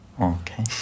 Okay